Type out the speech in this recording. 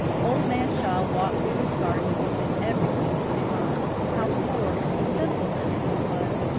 old man shaw walked through his garden and looked at everything with new eyes. how poor and simple everything was!